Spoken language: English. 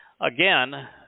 again